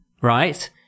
Right